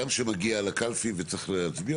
לעניין העסקתם של בעלי תפקידים שאינם מנויים בסעיף קטן (א)